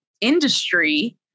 industry